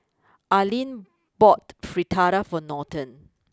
Arline bought Fritada for Norton